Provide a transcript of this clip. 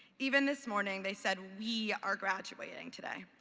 even this morning they said we are graduating today.